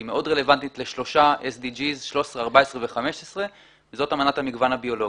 שהיא מאוד רלוונטית לשלושה SDGs: 15,14,13. זאת אמנת המגוון הביולוגי.